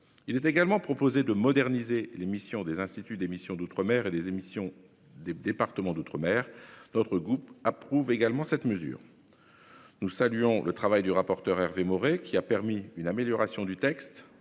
Il est également proposé de moderniser les missions de l'Institut d'émission d'outre-mer et de l'Institut d'émission des départements d'outre-mer. Notre groupe approuve également cette mesure. Nous saluons le travail du rapporteur, Hervé Maurey, qui a permis une amélioration du texte.